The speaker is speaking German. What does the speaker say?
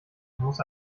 muss